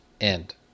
end